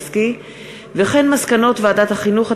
וכן מסקנות ועדת החינוך,